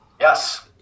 Yes